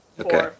Okay